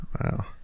wow